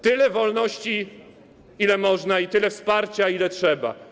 Tyle wolności, ile można, i tyle wsparcia, ile trzeba.